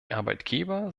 arbeitgeber